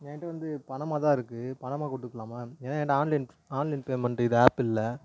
என்ட்டே வந்து பணமாக தான் இருக்குது பணமாக போட்டுக்கலாமா ஏன்னா என்ட்டே ஆன்லைன் ஆன்லைன் பேமெண்ட் இது ஆப் இல்லை